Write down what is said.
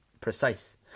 precise